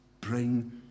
Bring